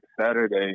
Saturday